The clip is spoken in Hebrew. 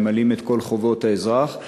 ממלאים את כל חובות האזרח.